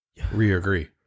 Reagree